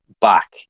back